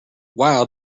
wow